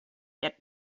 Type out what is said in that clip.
yet